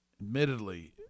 admittedly